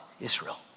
Israel